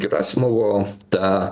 gerasimovo ta